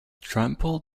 trample